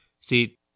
See